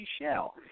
shell